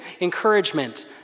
encouragement